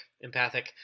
empathic